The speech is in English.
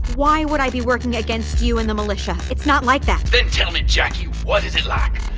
why would i be working against you and the militia? it's not like that then tell me, jacki, what is it like?